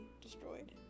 destroyed